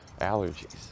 allergies